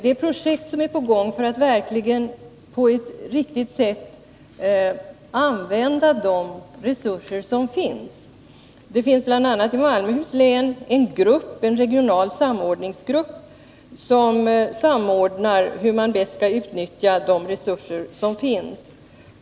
Det är projekt som går ut på att man verkligen på ett riktigt sätt skall använda de resurser som finns. Det finns bl.a. i Malmöhus län en regional samordningsgrupp som undersöker hur man bäst skall samordna resurserna.